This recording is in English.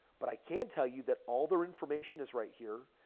but i can tell you that all their information is right here.